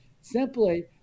simply